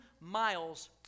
miles